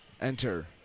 enter